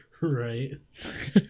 Right